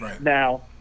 Now